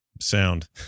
Sound